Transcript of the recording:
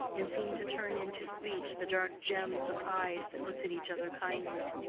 and seemed to turn into speech the dark gems of eyes that looked at each other kindly.